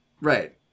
Right